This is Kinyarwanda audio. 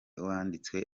wanditswe